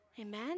Amen